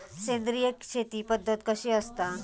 सेंद्रिय शेती पद्धत कशी असता?